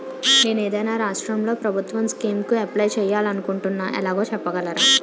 నేను ఏదైనా రాష్ట్రం ప్రభుత్వం స్కీం కు అప్లై చేయాలి అనుకుంటున్నా ఎలాగో చెప్పగలరా?